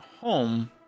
home